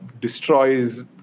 destroys